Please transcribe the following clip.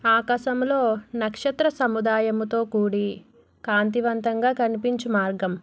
ఆకాశంలో నక్షత్ర సముదాయముతో కూడి కాంతివంతంగా కనిపించు మార్గం